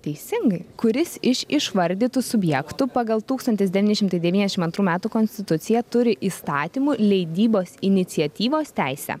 teisingai kuris iš išvardytų subjektų pagal tūkstantis devyni šimtai devyniasdešimt antrų metų konstituciją turi įstatymų leidybos iniciatyvos teisę